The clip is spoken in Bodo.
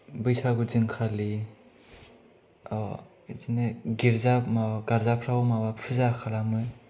बैसागु दिनखालि बिदिनो गेलेजा माबा गार्जाफोराव माबा फुजा खालामो